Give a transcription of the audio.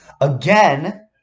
Again